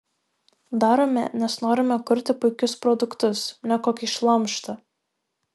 darome nes norime kurti puikius produktus ne kokį šlamštą